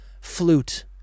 flute